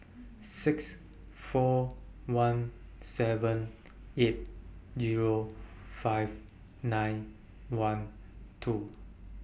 six four one seven eight Zero five nine one two